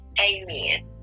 Amen